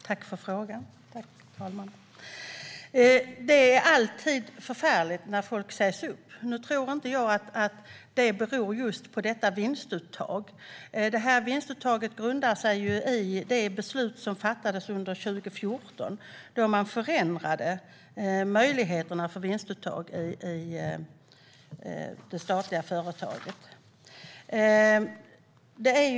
Herr talman! Tack för frågan! Det är alltid förfärligt när folk sägs upp. Nu tror inte jag att det beror just på detta vinstuttag. Det här vinstuttaget grundar sig ju i det beslut som fattades under 2014 då man förändrade möjligheterna för vinstuttag i det statliga företaget.